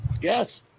Yes